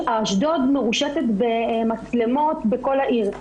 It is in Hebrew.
אשדוד מרושתת במצלמות בכל העיר.